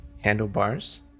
handlebars